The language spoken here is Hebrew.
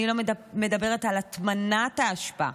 אני לא מדברת על הטמנת האשפה,